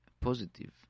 positive